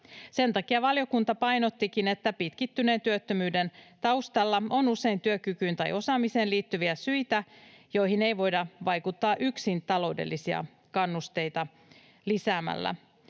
Sen takia valiokunta painottikin, että pitkittyneen työttömyyden taustalla on usein työkykyyn tai osaamiseen liittyviä syitä, joihin ei voida vaikuttaa yksin taloudellisia kannusteita lisäämällä.